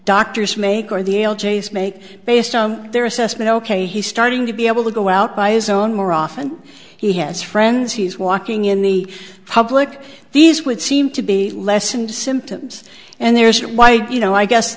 doctor's make or the l g s make based on their assessment ok he's starting to be able to go out by his own more often he has friends he's walking in the public these would seem to be lessened symptoms and there is why do you know i guess